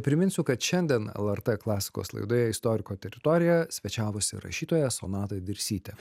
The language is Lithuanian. priminsiu kad šiandien lrt klasikos laidoje istoriko teritorija svečiavosi rašytoja sonata dirsytė